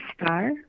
star